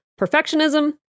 Perfectionism